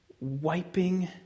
wiping